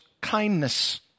kindness